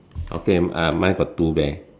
okay uh mine got two bear